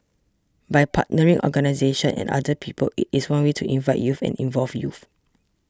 by partnering organisations and other people it is one way to invite youth and involve youth